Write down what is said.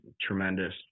tremendous